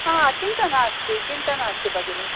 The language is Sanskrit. हा चिन्ता नास्ति चिन्ता नास्ति भगिनि